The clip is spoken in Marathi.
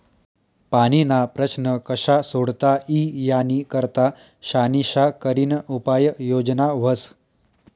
पाणीना प्रश्न कशा सोडता ई यानी करता शानिशा करीन उपाय योजना व्हस